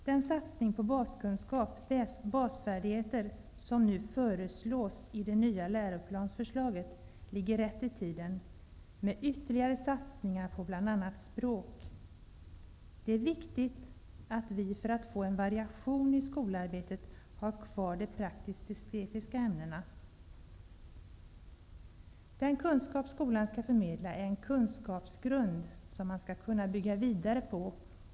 Den satsning på baskunskap och basfärdigheter -- med ytterligare satsningar på bl.a. språk -- som nu föreslås i det nya läroplansförslaget ligger rätt i tiden. För att vi skall få en variation i skolarbetet är det viktigt att vi har kvar de praktiskt estetiska ämnena. Den kunskap skolan skall förmedla är en kunskapsgrund som man skall kunna bygga vidare på.